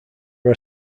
are